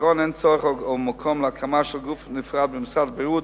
בעיקרון אין צורך או מקום להקמה של גוף נפרד במשרד הבריאות